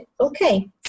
okay